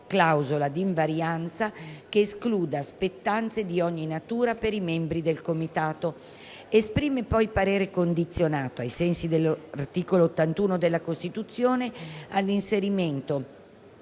clausola d'invarianza che escluda spettanze di ogni natura per i membri del Comitato. Esprime, poi, parere condizionato, ai sensi dell'articolo 81 della Costituzione, all'inserimento